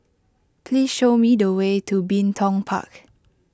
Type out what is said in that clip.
please show me the way to Bin Tong Park